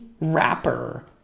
rapper